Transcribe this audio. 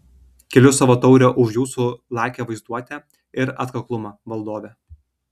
keliu savo taurę už jūsų lakią vaizduotę ir atkaklumą valdove